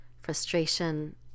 frustration